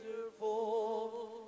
wonderful